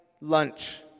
lunch